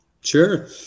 Sure